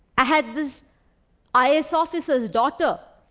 i had this i s. officer's daughter,